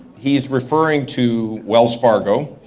he's referring to wells fargo,